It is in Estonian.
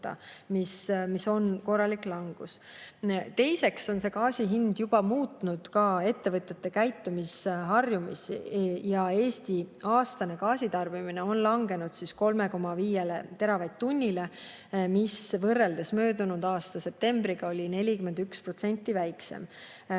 mis on korralik langus. Teiseks on gaasi hind juba muutnud ka ettevõtjate käitumisharjumusi ja Eesti aastane gaasitarbimine on langenud 3,5 teravatt-tunnile, mis võrreldes möödunud aasta septembriga on 41% väiksem.